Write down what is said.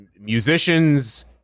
musicians